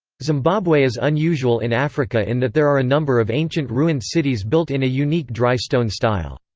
zimbabwe is unusual in africa in that there are a number of ancient ruined cities built in a unique dry stone style.